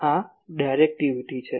તો ડાયરેક્ટિવિટી આ છે